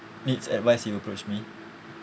needs advice he will approach me